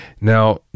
Now